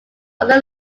other